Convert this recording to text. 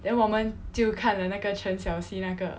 then 我们就看那个陈小希那个